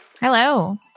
hello